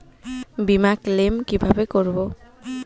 বিমা ক্লেম কিভাবে করব?